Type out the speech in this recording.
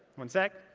one sec.